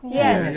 yes